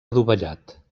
adovellat